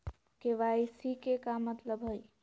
KYC के का मतलब हई?